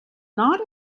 not